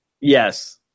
Yes